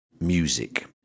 Music